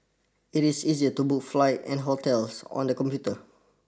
it is easy to book flights and hotels on the computer